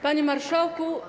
Panie Marszałku!